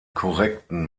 korrekten